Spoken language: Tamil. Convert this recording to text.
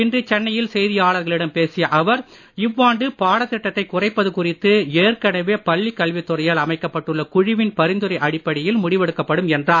இன்று சென்னையில் செய்தயாளர்களிடம் பேசிய அவர் இவ்வாண்டு பாடதிட்டத்தை குறைப்பது குறித்து ஏற்கனவே பள்ளிக் கல்வித் துறையால் அமைக்கப்பட்டுள்ள குழுவின் பரிந்துரை அடிப்படையில் முடிவெடுக்கப்படும் என்றார்